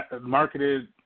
marketed